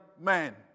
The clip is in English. man